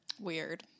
Weird